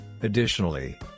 Additionally